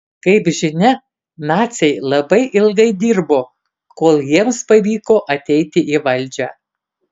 kaip žinia naciai labai ilgai dirbo kol jiems pavyko ateiti į valdžią